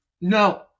No